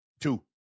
Two